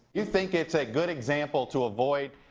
you think it is a good example to avoid,